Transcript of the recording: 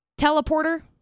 teleporter